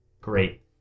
great